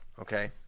Okay